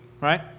right